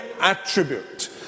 attribute